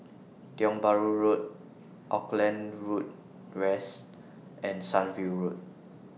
Tiong Bahru Road Auckland Road West and Sunview Road